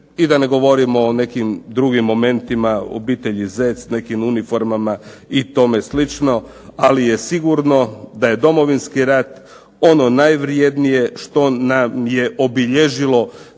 I da ne govorimo o nekim drugim momentima obitelji Zec, nekim uniformama i tome slično. Ali je sigurno da je Domovinski rat ono najvrjednije što nam je obilježilo